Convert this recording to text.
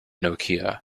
nokia